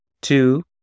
two